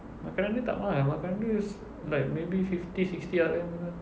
makanan dia tak mahal makanan dia like maybe fifty sixty R_M